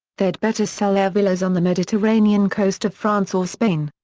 they'd better sell their villas on the mediterranean coast of france or spain.